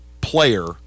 player